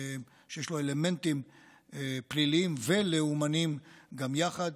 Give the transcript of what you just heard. שיש לו אלמנטים פליליים ולאומניים גם יחד,